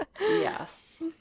yes